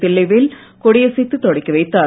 தில்லைவேல் கொடியசைத்துத் தொடக்கிவைத்தார்